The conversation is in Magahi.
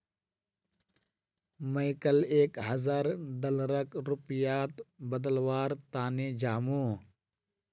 मी कैल एक हजार डॉलरक रुपयात बदलवार तने जामु